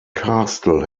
castle